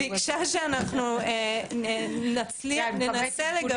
ביקשה שאנחנו ננסה לגבש